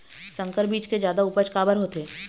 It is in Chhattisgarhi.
संकर बीज के जादा उपज काबर होथे?